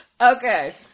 Okay